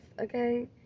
Okay